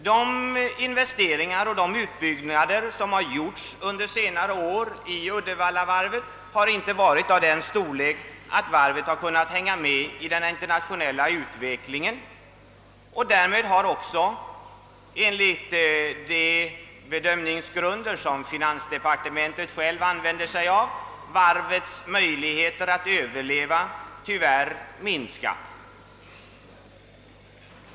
De investeringar och de utbyggnader som har gjorts under senare år i Uddevallavarvet har inte varit av den storlek att varvet har kunnat hänga med i den internationella utvecklingen. Därmed har också enligt de bedömningsgrunder som finansdepartementet självt använder varvets möjligheter att överleva tyvärr minskat.